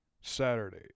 Saturday